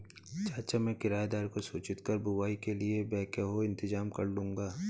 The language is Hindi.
चाचा मैं किराएदार को सूचित कर बुवाई के लिए बैकहो इंतजाम करलूंगा